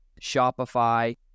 Shopify